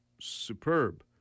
superb